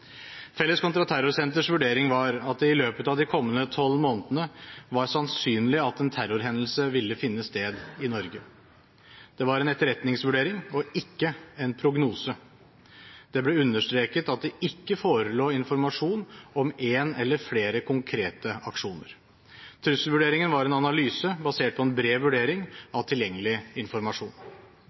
Felles kontraterrorsenters vurdering var at det i løpet av de kommende tolv månedene var sannsynlig at en terrorhendelse ville finne sted i Norge. Det var en etterretningsvurdering og ikke en prognose. Det ble understreket at det ikke forelå informasjon om en eller flere konkrete aksjoner. Trusselvurderingen var en analyse basert på en bred vurdering av tilgjengelig informasjon.